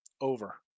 over